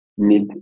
Need